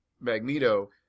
magneto